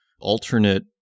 alternate